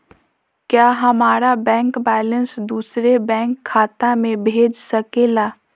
क्या हमारा bank balance दूसरे बैंक खाता में भेज सके ला?